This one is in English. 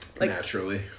naturally